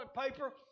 paper